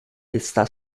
está